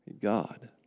God